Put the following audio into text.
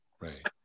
right